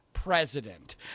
president